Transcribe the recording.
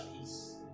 peace